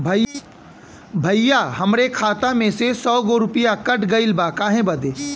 भईया हमरे खाता में से सौ गो रूपया कट गईल बा काहे बदे?